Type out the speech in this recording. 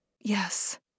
Yes